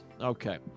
Okay